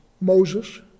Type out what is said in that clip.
Moses